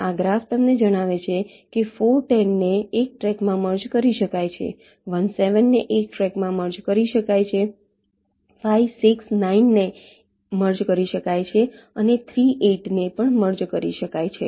આ ગ્રાફ તમને જણાવે છે કે 4 10 ને એક ટ્રેકમાં મર્જ કરી શકાય છે 1 7 ને ટ્રેકમાં મર્જ કરી શકાય છે 5 6 9 ને મર્જ કરી શકાય છે અને 3 8 ને પણ મર્જ કરી શકાય છે